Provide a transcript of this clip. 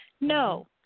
No